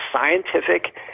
scientific